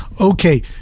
Okay